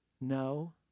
No